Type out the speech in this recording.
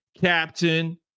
Captain